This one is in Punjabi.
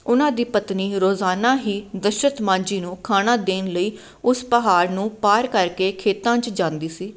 ਉਹਨਾਂ ਦੀ ਪਤਨੀ ਰੋਜ਼ਾਨਾ ਹੀ ਦਸ਼ਰਤ ਮਾਂਜੀ ਨੂੰ ਖਾਣਾ ਦੇਣ ਲਈ ਉਸ ਪਹਾੜ ਨੂੰ ਪਾਰ ਕਰਕੇ ਖੇਤਾਂ 'ਚ ਜਾਂਦੀ ਸੀ